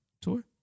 tour